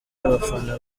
abafana